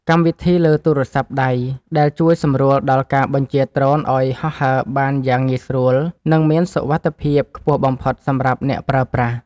កម្មវិធីលើទូរសព្ទដៃដែលជួយសម្រួលដល់ការបញ្ជាដ្រូនឱ្យហោះហើរបានយ៉ាងងាយស្រួល និង មានសុវត្ថិភាពខ្ពស់បំផុតសម្រាប់អ្នកប្រើប្រាស់។